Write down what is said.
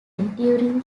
during